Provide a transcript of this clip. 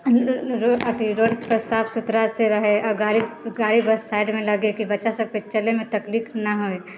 रोडके साफ सुथड़ा से रहै आओर गाड़ी बस साइडमे लगे कि बच्चा सबकेंँ चलैमे तफलीक नहि होइ